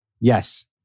Yes